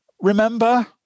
Remember